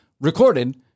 recorded